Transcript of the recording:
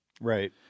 Right